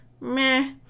Meh